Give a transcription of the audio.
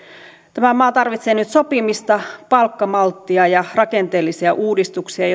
tämä maa tarvitsee nyt sopimista palkkamalttia ja rakenteellisia uudistuksia